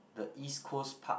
the East-Coast-Park